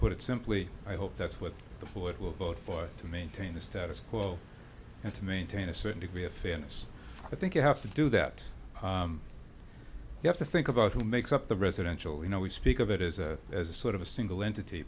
put it simply i hope that's what the fluid will vote for to maintain the status quo and to maintain a certain degree of fairness i think you have to do that you have to think about who makes up the residential you know we speak of it is as sort of a single entity